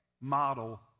model